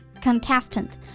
Contestant